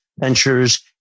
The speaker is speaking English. ventures